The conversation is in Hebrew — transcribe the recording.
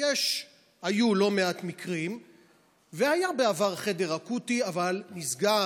היו לא מעט מקרים, והיה בעבר חדר אקוטי, אבל נסגר.